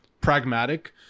pragmatic